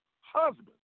husband